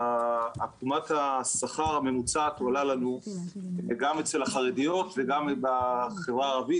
עקומת השכר הממוצעת עולה לנו גם אצל החרדיות וגם בחברה הערבית